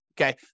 Okay